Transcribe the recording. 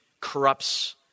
corrupts